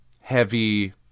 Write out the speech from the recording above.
heavy